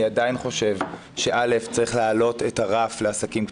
אני עדיין חושב שצריך להעלות את הרף לעסקים קטנים,